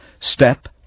Step